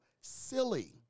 silly